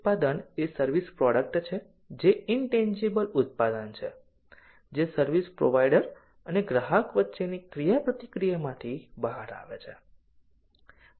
ઉત્પાદન એ service product છે જે ઇનટેન્જીબલ ઉત્પાદન છે જે સર્વિસ પ્રોવાઇડર અને ગ્રાહક વચ્ચેની ક્રિયાપ્રતિક્રિયામાંથી બહાર આવે છે